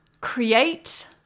Create